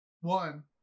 One